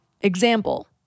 Example